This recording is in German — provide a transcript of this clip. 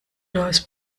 das